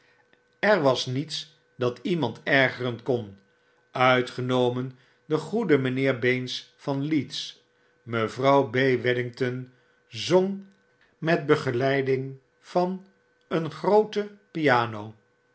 er was niets dat iemand ergeren kon uitgenomen den goeden mynheer baines van leeds mevrouw b wedgington zong met begeleiding van een grooten piano